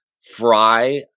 fry